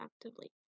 actively